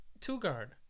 two-guard